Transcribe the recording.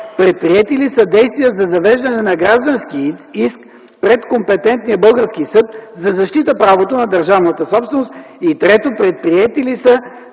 предприети ли са действия за завеждане на граждански иск пред компетентния български съд за защита правото на държавната собственост? И трето, предприети ли са